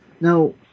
Now